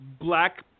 black